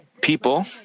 people